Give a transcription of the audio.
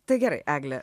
tai gerai egle